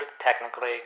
technically